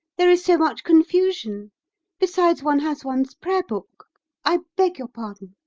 there is so much confusion besides, one has one's prayer-book i beg your pardon.